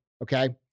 Okay